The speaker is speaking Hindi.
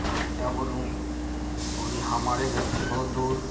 और क्या बोलूँ और यह हमारे घर से बहुत दूर